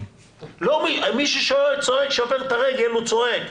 מי ששבר את הרגל, הוא צועק.